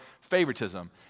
favoritism